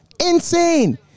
Insane